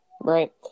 Right